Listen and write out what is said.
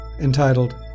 entitled